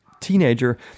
Teenager